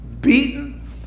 beaten